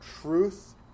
truth